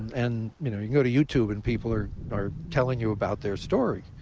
and you know you can go to youtube and people are are telling you about their story.